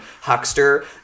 huckster